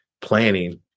planning